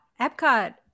epcot